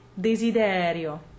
desiderio